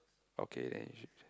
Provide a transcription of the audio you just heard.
okay then it should